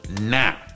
now